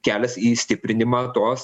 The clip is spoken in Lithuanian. kelias į stiprinimą tos